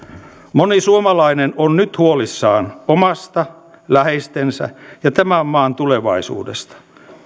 moni suomalainen on nyt huolissaan omasta läheistensä ja tämän maan tulevaisuudesta